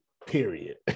period